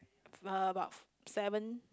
uh about seven